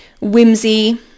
whimsy